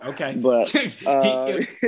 Okay